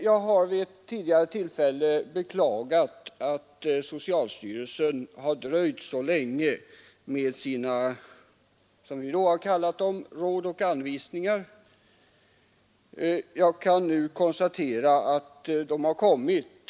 Jag har vid ett tidigare tillfälle beklagat att socialstyrelsen har dröjt så länge med sina — som vi har kallat dem — råd och anvisningar. Jag kan nu konstatera att de har kommit.